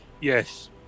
Yes